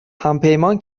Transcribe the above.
همپیمان